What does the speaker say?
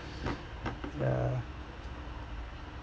ya